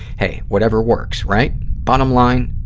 hey, whatever works, right? bottom line,